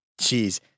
Jeez